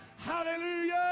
Hallelujah